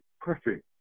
perfect